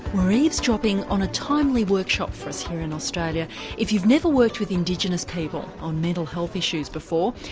we're eavesdropping on a timely workshop for us here in australia if you've never worked with indigenous people on mental health issues before,